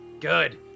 Good